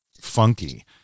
funky